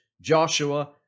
Joshua